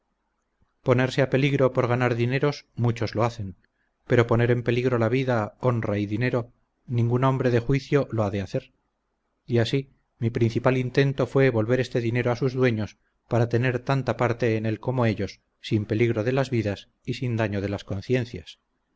ponerse a peligro por ganar dineros muchos lo hacen pero poner en peligro la vida honra y dinero ningún hombre de juicio lo ha de hacer y así mi principal intento fue volver este dinero a sus dueños para tener tanta parte en él como ellos sin peligro de las vidas y sin daño de las conciencias